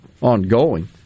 ongoing